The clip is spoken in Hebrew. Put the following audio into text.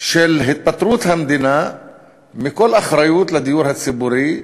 של היפטרות המדינה מכל אחריות לדיור הציבורי,